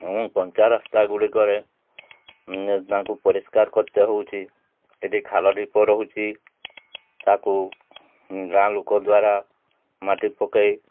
ମୁଁ କଞ୍ଚା ରାସ୍ତା ଗୁଡ଼ିକରେ ତାଙ୍କୁ ପରିଷ୍କାର କରତେ ହେଉଛି ସେଇଠି ଖାଲ ଢିପ ରହୁଛି ତାକୁ ଗାଁ ଲୋକ ଦ୍ୱାରା ମାଟି ପକାଇ